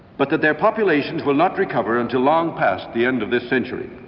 but that their populations will not recover until long past the end of this century.